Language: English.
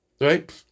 Right